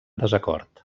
desacord